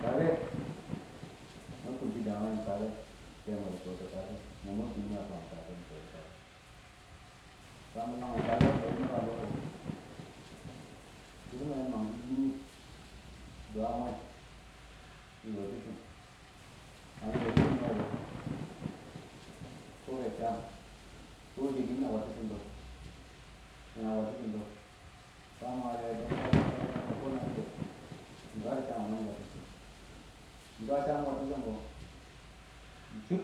﻿kakɛ, ma kʊntɪang wɛ kakɛ, tɛɛmwɛ dɪ tɔtʊ kakɛ mɔ ma kʊn ma faam kakɛ mɪ tɔtu kakɛ, kamɪ lɔnge kakɛ bɛɛ mab a lɔ kɔ, shɪdo ma yɛ mang shɪ dɪɪn nɪ ɪng dwa mwɛ yotishim, ka mɪ yotishim mwɛ kɔ, fuke sham dɪ daan dɪɪ fuke sham mina wittishim dɔ, kɔ wanne dɪ mina wɔttishim dɔ, mina wɔttishim dɔ kami ngale dɔk dɔk dɔk makɔ na dɪ be, mɪ dwatɔ sham mɪ wɔttishim, ɪng dwa sham ɪng wɔttɪshɪm kɔ, dɪ chub